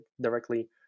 directly